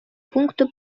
пункту